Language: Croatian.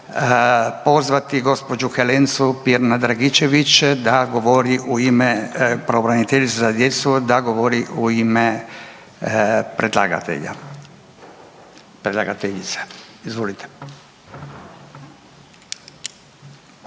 pozvati gđu. Helencu Pirnat Dragičević da govori u ime pravobraniteljice za djecu da govori u ime predlagatelja. Predlagateljica.